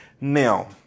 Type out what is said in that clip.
Now